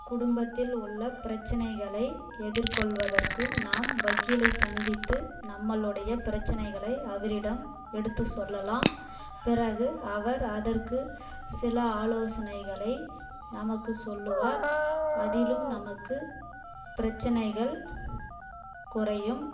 குடும்பத்தில் உள்ள பிரச்சனைகளை எதிர்கொள்வதற்கு நாம் வக்கீலை சந்தித்து நம்மளுடைய பிரச்சனைகளை அவரிடம் எடுத்து சொல்லலாம் பிறகு அவர் அதற்கு சில ஆலோசனைகளை நமக்கு சொல்லுவார் அதிலும் நமக்கு பிரச்சனைகள் குறையும்